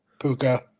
Puka